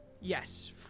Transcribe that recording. yes